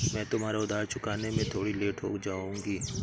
मैं तुम्हारा उधार चुकाने में थोड़ी लेट हो जाऊँगी